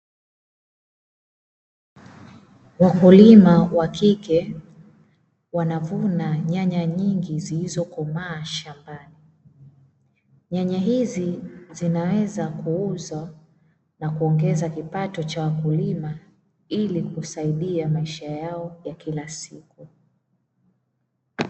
Wakulima wa kike wanavuna nyanya nyingi zilizokomaa shambani, nyanya hizi zinaweza kuuzwa na kuongeza kipato cha wakulima ili kusaidia maisha yao ya kila siku.